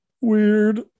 Weird